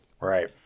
Right